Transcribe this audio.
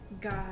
god